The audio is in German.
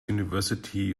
university